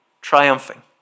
triumphing